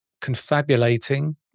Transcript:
confabulating